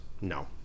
no